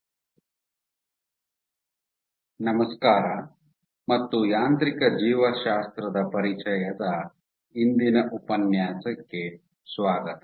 mechanobiology ಯಲ್ಲಿನ ತಂತ್ರಗಳು microfabrication ನಮಸ್ಕಾರ ಮತ್ತು ಯಾಂತ್ರಿಕ ಜೀವಶಾಸ್ತ್ರದ ಪರಿಚಯದ ಇಂದಿನ ಉಪನ್ಯಾಸಕ್ಕೆ ಸ್ವಾಗತ